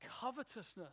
covetousness